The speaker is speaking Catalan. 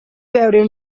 veure